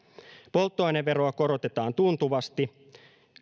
polttoaineveroa korotetaan tuntuvasti